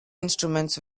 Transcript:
instruments